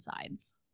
sides